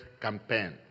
Campaign